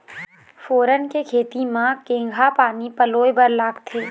फोरन के खेती म केघा पानी पलोए बर लागथे?